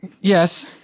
Yes